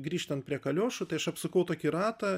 grįžtant prie kaliošų tai aš apsukau tokį ratą